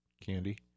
candy